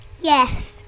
Yes